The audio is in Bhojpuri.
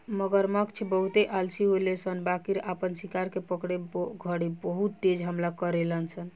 मगरमच्छ बहुते आलसी होले सन बाकिर आपन शिकार के पकड़े घड़ी बहुत तेज हमला करेले सन